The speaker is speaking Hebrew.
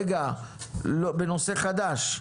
רגע, בנושא חדש?